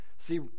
See